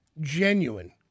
Genuine